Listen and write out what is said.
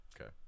okay